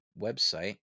website